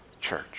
church